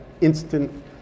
instant